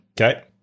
Okay